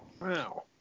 Wow